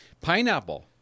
Pineapple